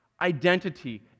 identity